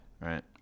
Right